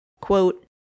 quote